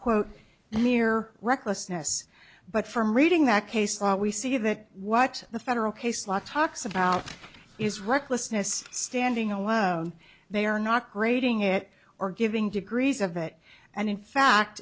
quote near recklessness but from reading that case law we see that what the federal case law talks about is recklessness standing alone they are not grading it or giving degrees of it and in fact